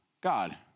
God